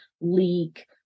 leak